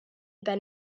ben